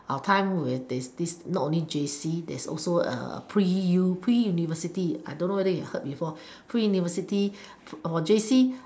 our time where there's this not only J_C there's also pre pre university I don't whether you heard before pre university or J_C